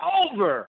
over